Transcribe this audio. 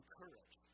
courage